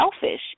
selfish